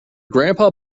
grandpa